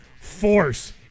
force